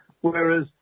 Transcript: Whereas